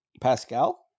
Pascal